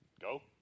Go